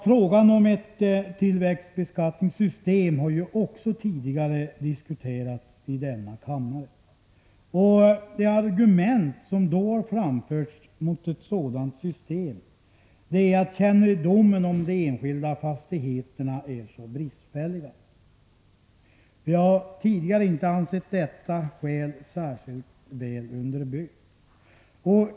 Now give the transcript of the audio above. Frågan om ett tillväxtbeskattningssystem har ju också tidigare diskuterats i denna kammare, och det argument som då har framförts mot ett sådant system är att kännedomen om de enskilda fastigheterna är så bristfällig. Vi har tidigare inte ansett detta skäl vara särskilt väl underbyggt.